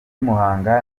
muhanga